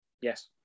Yes